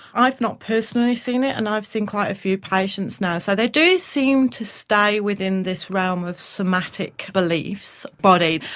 i've not personally seen it and i've seen quite a few patients now so they do seem to stay within this realm of somatic beliefs, the body.